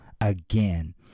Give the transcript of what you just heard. again